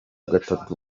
gatatu